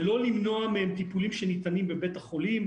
ולא למנוע מהם טיפולים שניתנים בבית החולים,